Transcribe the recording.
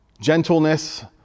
gentleness